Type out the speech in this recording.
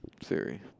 Siri